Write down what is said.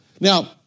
Now